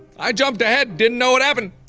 i jumped ahead didn't know what happened.